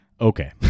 Okay